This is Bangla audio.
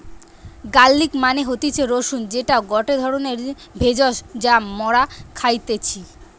গার্লিক মানে হতিছে রসুন যেটা গটে ধরণের ভেষজ যা মরা খাইতেছি